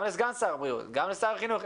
גם לסגן שר הבריאות וגם לשר החינוך.